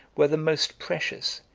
were the most precious,